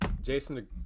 Jason